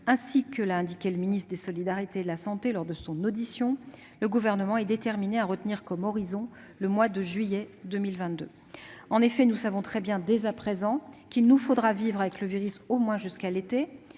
Ainsi que l'a indiqué le ministre des solidarités et de la santé lors de son audition, le Gouvernement est néanmoins déterminé à retenir comme horizon le mois de juillet 2022. En effet, nous savons très bien dès à présent qu'il nous faudra vivre avec le virus au moins jusqu'à l'été.